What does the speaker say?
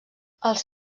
els